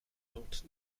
pente